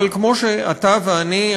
אבל כמו שאתה ואני,